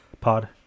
pod